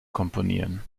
komponieren